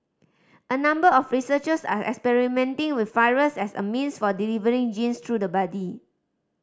a number of researchers are experimenting with virus as a means for delivering genes through the body